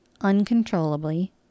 uncontrollably